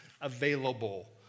available